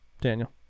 Daniel